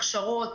הכשרות,